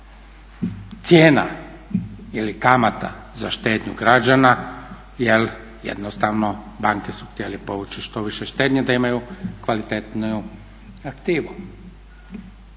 cijena ili kamata za štednju građana jer jednostavno banke su htjele povući što više štednje da imaju kvalitetniju aktivu.